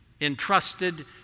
entrusted